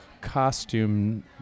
costume